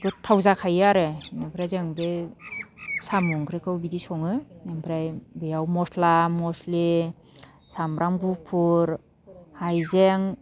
गोथाव जाखायो आरो ओमफ्राय जों बे साम' ओंख्रिखौ बिदि सङो ओमफ्राय बेयाव मस्ला मस्लि सामब्राम गुफुर हाइजें